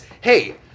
hey